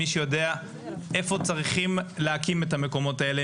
איפה צריכים להקים את המקומות האלה,